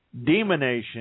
Demonation